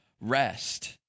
rest